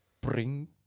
Bring